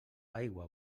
aigua